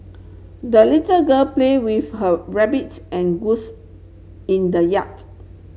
the little girl play with her rabbits and goose in the yard